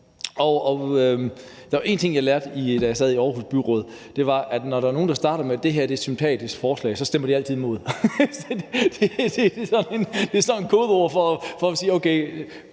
og der var én ting, jeg lærte, da jeg sad i Aarhus Byråd, og det var, at når der er nogen, der starter med at sige, at det er et sympatisk forslag, stemmer de altid imod det. Det er sådan et kodeord for at sige, at